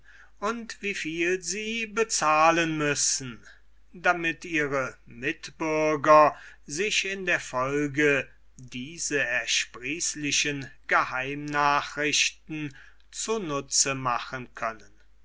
und wie viel sie bezahlen müssen damit ihre mitbürger sich in der folge diese ersprießlichen geheimnachrichten zu nutze machen können